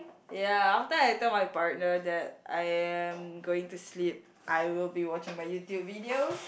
ya after I tell my partner that I am going to sleep I will be watching my YouTube videos